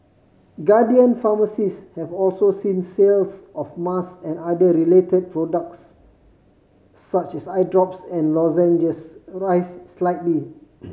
Guardian Pharmacies have also seen sales of mass and other related products such as eye drops and lozenges arise slightly